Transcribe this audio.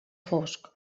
fosc